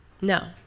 No